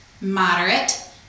moderate